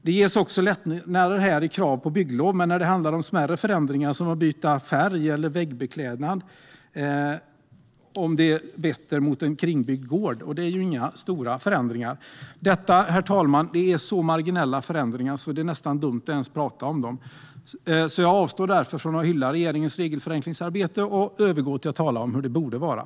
Det ges också lättnader i kravet på bygglov när det handlar om smärre förändringar, som att byta färg eller väggbeklädnad om byggnaden vetter mot en kringbyggd gård. Det är ju inga stora förändringar. Detta, herr talman, är så marginella förändringar att det är nästan dumt att ens prata om dem. Jag avstår därför från att hylla regeringens regelförenklingsarbete och övergår till att tala om hur det borde vara.